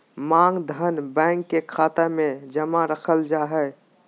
मांग धन, बैंक के खाता मे जमा रखल जा हय